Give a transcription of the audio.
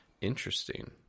Interesting